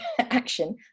action